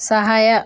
ಸಹಾಯ